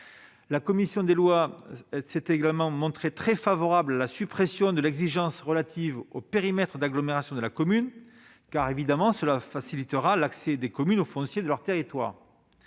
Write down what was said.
La commission des lois s'est également montrée très favorable à la suppression de l'exigence relative au périmètre d'agglomération de la commune, car cela facilitera évidemment l'accès des communes au foncier de leur territoire.